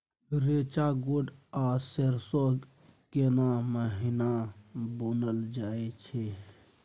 रेचा, गोट आ सरसो केना महिना बुनल जाय छै?